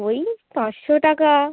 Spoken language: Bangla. ওই পাঁচশো টাকা